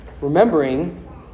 Remembering